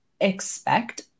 expect